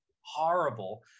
horrible